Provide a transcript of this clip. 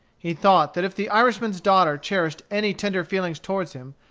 he thought that if the irishman's daughter cherished any tender feelings toward him,